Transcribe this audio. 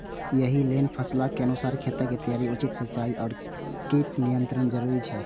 एहि लेल फसलक अनुसार खेतक तैयारी, उचित सिंचाई आ कीट नियंत्रण जरूरी छै